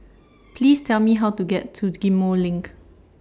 Please Tell Me How to get to Ghim Moh LINK